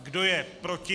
Kdo je proti?